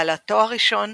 בעלת תואר ראשון